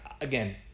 Again